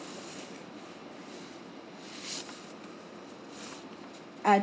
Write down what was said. uh